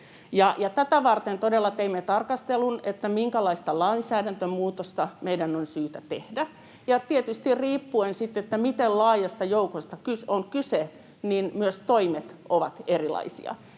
Tätä varten todella teimme tarkastelun, minkälaista lainsäädäntömuutosta meidän on syytä tehdä, ja tietysti riippuen siitä, miten laajasta joukosta on kyse, myös toimet ovat erilaisia.